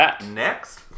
next